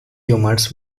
tumors